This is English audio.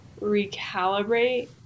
recalibrate